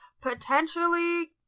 potentially